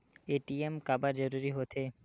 ATM काबर जरूरी हो थे?